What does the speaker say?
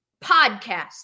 podcast